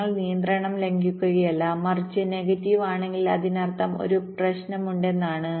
ഞങ്ങൾ നിയന്ത്രണം ലംഘിക്കുകയല്ല മറിച്ച് നെഗറ്റീവ് ആണെങ്കിൽ അതിനർത്ഥം ഒരു പ്രശ്നമുണ്ടെന്നാണ്